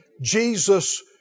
Jesus